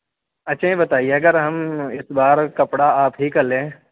اچھا یہ بتائیے اگر ہم اِس بار کپڑا آپ ہی کا لیں